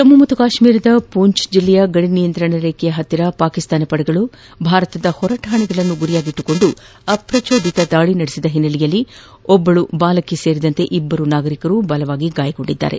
ಜಮ್ಮು ಮತ್ತು ಕಾಶ್ಮೀರದ ಪೊಂಚ್ ಜಿಲ್ಲೆಯ ಗದಿ ನಿಯಂತ್ರಣ ರೇಖೆಯ ಬಳಿ ಪಾಕಿಸ್ತಾನ ಪಡೆಗಳು ಭಾರತದ ಹೊರ ಠಾಣೆಗಳನ್ನು ಗುರಿಯಾಗಿಸಿಕೊಂದು ಅಪ್ರಚೋದಿತ ದಾಳಿ ನಡೆಸಿದ ಹಿನ್ನೆಲೆಯಲ್ಲಿ ಒಬ್ಬಳು ಬಾಲಕಿ ಸೇರಿ ಇಬ್ಬರು ನಾಗರಿಕರು ಗಾಯಗೊಂಡಿದ್ದಾರೆ